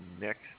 Next